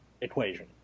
equation